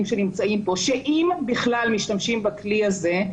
שנמצאים פה שאם בכלל משתמשים בכלי הזה,